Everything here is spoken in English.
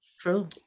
True